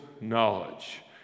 knowledge